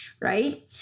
right